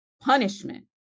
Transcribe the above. punishment